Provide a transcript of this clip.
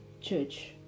church